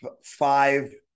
five